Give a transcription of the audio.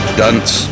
dunce